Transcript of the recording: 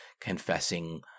confessing